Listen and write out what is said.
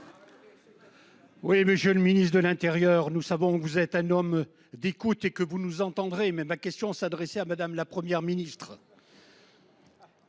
Oui, monsieur le ministre de l'Intérieur. Nous savons que vous êtes un homme d'écoute et que vous nous entendrez mais ma question s'adressait à madame, la Première ministre.